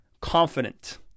confident